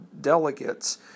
delegates